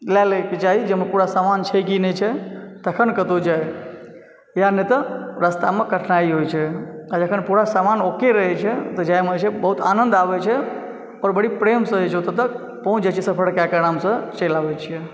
लइ लयके चाही जाहिमे पूरा सामान छै की नहि छै तखन कतहुँ जाइ या नहि तऽ रस्तामे कठिनाइ होइ छै आ जखन पूरा समान ओ के रहैत छै तऽ जाइमे जे छै बहुत आनन्द आबैत छै आओर बड़ी प्रेमसँ जे छै ओतय तक पहुँच जाइत छियै सफरके कऽ आरामसँ चलि आबैत छियै